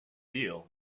deal